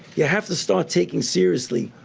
you have to start taking seriously.